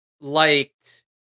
liked